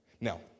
Now